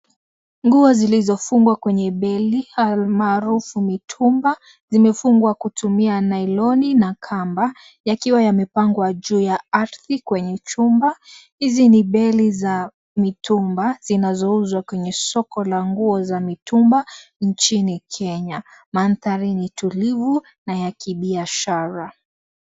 Nguo zilizofungwa kwenye beli almaarufu mitumba zimefungwa kutumia nailoni na kamba yakiwa yamepangwa juu ya ardhi kwenye chumba. Hizi ni beli za mitumba zinazouzwa kwenye soko la nguo za mitumba nchini Kenya. Mandhari ni tulivu na ya kibiashara.